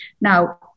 Now